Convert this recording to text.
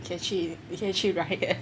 你可以去你可以去 riot